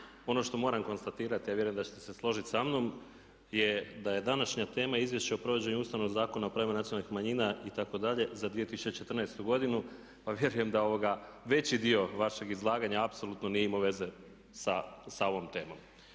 ono što moram konstatirati, a vjerujem da ćete se složit sa mnom je da je današnja tema Izvješće o provođenju Ustavnog zakona o pravima nacionalnih manjina itd. za 2014. godinu, pa vjerujem da veći dio vašeg izlaganja apsolutno nije imao veze sa ovom temom.